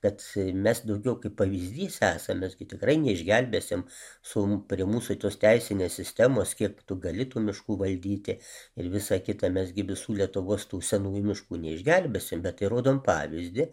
kad mes daugiau kaip pavyzdys esam mes gi tikrai neišgelbėsim su prie mūsų tos teisinės sistemos kiek tu gali tų miškų valdyti ir visa kita mes gi visų lietuvos tų senųjų miškų neišgelbėsim bet tai rodom pavyzdį